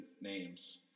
names